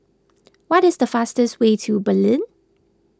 what is the fastest way to Berlin